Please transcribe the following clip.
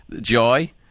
joy